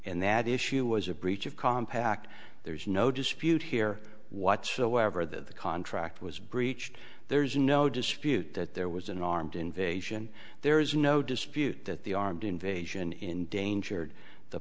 and that issue was a breach of compact there's no dispute here whatsoever that the contract was breached there's no dispute that there was an armed invasion there is no dispute that the armed invasion endangered the